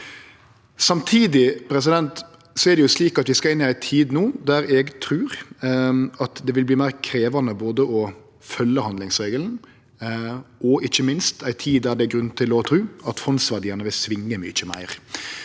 Samtidig er det slik at vi skal inn i ei tid der eg trur det vil verte meir krevjande å følgje handlingsregelen, og ikkje minst der det er grunn til tru at fondsverdiane vil svinge mykje meir.